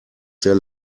sehr